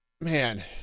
man